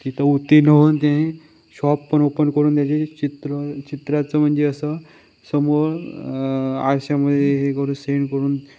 तिथं उत्तीर्ण होऊन ते शॉप पण ओपन करून त्याची चित्र चित्राचं म्हणजे असं समोर आयुष्यामध्ये हे करून सेंट करून